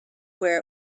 where